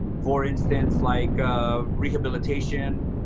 for instance, like rehabilitation,